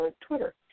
Twitter